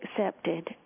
accepted